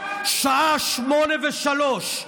בשעה 20:03,